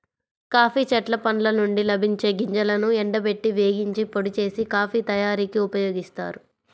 coffee చెట్ల పండ్ల నుండి లభించే గింజలను ఎండబెట్టి, వేగించి, పొడి చేసి, కాఫీ తయారీకి ఉపయోగిస్తారు